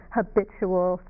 habitual